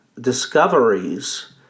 discoveries